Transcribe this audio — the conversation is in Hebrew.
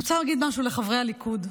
אני רוצה להגיד משהו לחברי הליכוד,